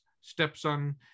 stepson